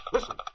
Listen